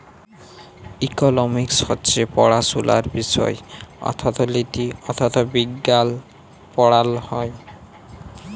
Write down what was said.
economics হছে পড়াশুলার বিষয় অথ্থলিতি, অথ্থবিজ্ঞাল পড়াল হ্যয়